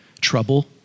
trouble